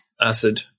acid